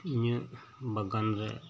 ᱤᱧᱟᱹᱜ ᱵᱟᱜᱟᱱ ᱨᱮ